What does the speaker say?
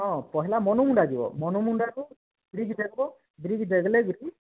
ହଁ ପହେଲା ମନମୁଣ୍ଡା ଯିବ ମନମୁଣ୍ଡାରୁ ବ୍ରିଜ୍ ଡେଇଁବ ବ୍ରିଜ୍ ଡେବଲେ ଯାଇକି